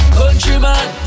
countryman